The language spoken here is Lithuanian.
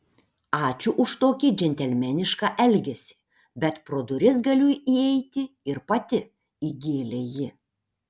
ačiū už tokį džentelmenišką elgesį bet pro duris galiu įeiti ir pati įgėlė ji